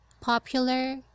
popular